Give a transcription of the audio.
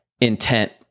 intent